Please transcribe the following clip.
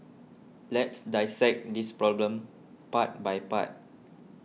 let's dissect this problem part by part